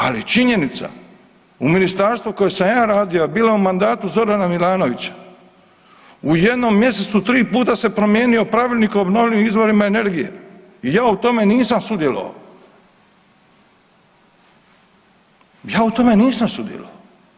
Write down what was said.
Ali je činjenica u ministarstvu u kojem sam ja radio bila u mandatu Zorana Milanovića u jednom mjesecu 3 puta se promijenio Pravilnik o obnovljivim izvorima energije i ja u tome nisam sudjelovao, ja u tome nisam sudjelovao.